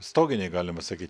stoginėj galima sakyt